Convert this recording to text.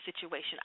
situation